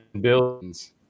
billions